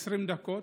20 דקות,